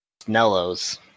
Nellos